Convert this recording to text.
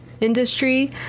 industry